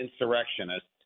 insurrectionists